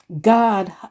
God